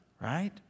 right